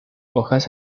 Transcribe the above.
hojas